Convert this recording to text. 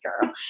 girl